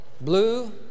blue